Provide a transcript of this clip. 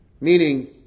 Meaning